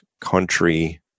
country